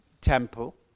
temple